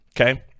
okay